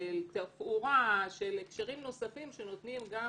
של תפאורה, של הקשרים נוספים, שנותנים גם